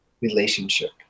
relationship